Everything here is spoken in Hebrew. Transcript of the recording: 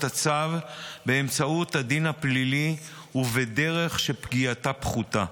הצו באמצעות הדין הפלילי ובדרך שפגיעתה פחותה.